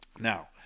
Now